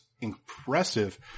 impressive